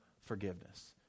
forgiveness